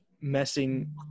messing